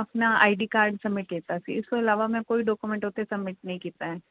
ਆਪਣਾ I D card submit ਕੀਤਾ ਸੀ ਇਸ ਤੋਂ ਇਲਾਵਾ ਮੈਂ ਕੋਈ ਡਾਕੂਮੈਂਟ ਉੱਥੇ ਸਬਮਿਟ ਨਹੀਂ ਕੀਤਾ ਹੈ